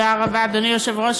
אדוני היושב-ראש,